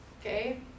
okay